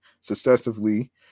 successively